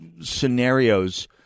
scenarios